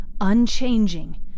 Unchanging